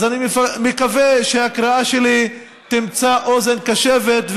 אז אני מקווה שהקריאה שלי תמצא אוזן קשבת.